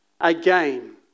Again